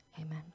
Amen